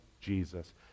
Jesus